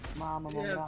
mama one